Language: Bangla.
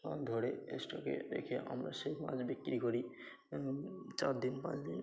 মাছ ধরে স্টকে রেখে আমরা সেই মাছ বিক্রি করি চার দিন পাঁচ দিন